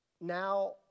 now